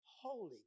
Holy